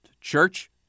church